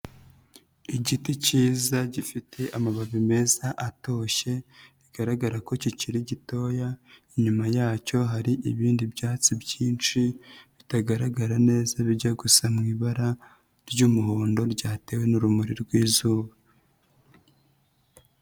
Igiti kiza gifite amababi meza atoshye, bigaragara ko kikiri gitoya, inyuma yacyo hari ibindi byatsi byinshi bitagaragara neza bijya gusa mu ibara ry'umuhondo ryatewe n'urumuri rw'izuba.